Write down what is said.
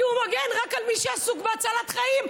כי הוא מגן רק על מי שעסוק בהצלת חיים,